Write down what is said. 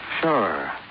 Sure